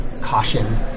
caution